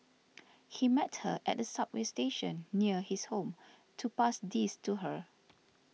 he met her at a subway station near his home to pass these to her